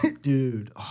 Dude